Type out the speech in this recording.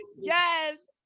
Yes